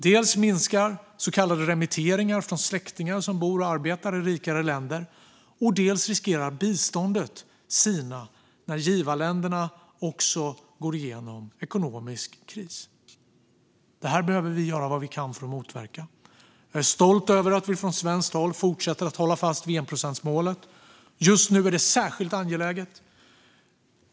Dels minskar så kallade remitteringar från släktingar som bor och arbetar i rikare länder, dels riskerar biståndet att sina när givarländerna också går igenom ekonomisk kris. Det behöver vi göra vad vi kan för att motverka. Jag är stolt över att vi från svenskt håll fortsätter att hålla fast vid enprocentsmålet. Just nu är det särskilt angeläget.